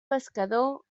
pescador